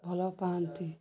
ଭଲ ପାଆନ୍ତି